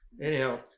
Anyhow